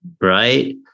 right